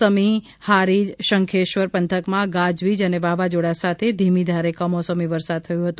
સમી હારીજ શંખેશ્વર પંથકમાં ગાજવીજ ને વાવાઝોડા સાથે ધીમીધારે કમોસમી વરસાદ થયો હતો